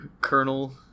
colonel